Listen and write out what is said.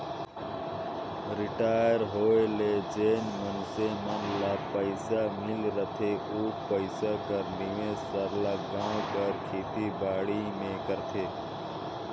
retire होए ले जेन मइनसे मन ल पइसा मिल रहथे ओ पइसा कर निवेस सरलग गाँव कर खेती बाड़ी में करथे